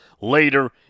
later